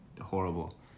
horrible